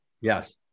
yes